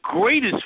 greatest